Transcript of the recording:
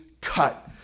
cut